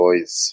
boys